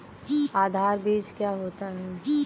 आधार बीज क्या होता है?